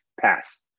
Pass